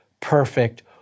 perfect